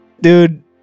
Dude